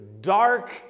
dark